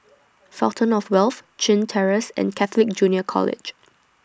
Fountain of Wealth Chin Terrace and Catholic Junior College